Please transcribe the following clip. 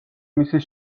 მისი